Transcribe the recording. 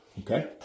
Okay